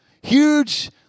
huge